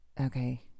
Okay